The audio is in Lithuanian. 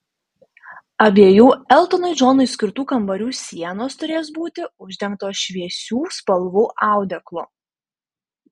abiejų eltonui džonui skirtų kambarių sienos turės būti uždengtos šviesių spalvų audeklu